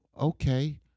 Okay